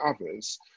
others